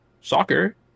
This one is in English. soccer